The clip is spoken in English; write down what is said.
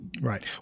Right